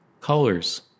Colors